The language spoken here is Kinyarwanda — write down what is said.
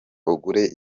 ugure